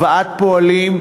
הבאת פועלים,